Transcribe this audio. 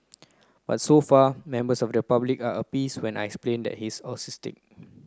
but so far members of the public are appeased when I explained he's autistic